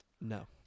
No